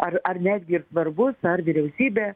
ar ar netgi ir svarbus ar vyriausybė